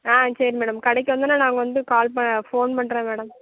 ஆ சரி மேடம் கடைக்கு வந்தோன்னே நாங்கள் வந்து கால் ப ஃபோன் பண்ணுறோம் மேடம்